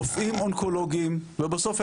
רופאים אונקולוגים ובסוף,